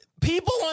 People